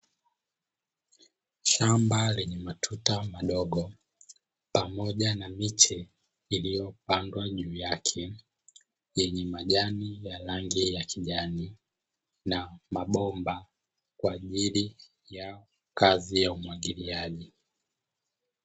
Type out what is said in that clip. Shamba lenye matuta madogo pamoja na miche iliyopandwa juu yake, yenye majani ya rangi ya kijani na mabomba kwajili ya kazi ya umwagiliaji.